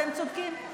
אתם צודקים.